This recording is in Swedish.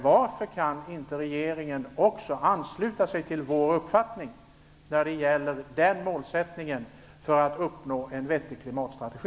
Varför kan inte regeringen ansluta sig till vår uppfattning vad gäller den målsättningen för att uppnå en vettig klimatstrategi?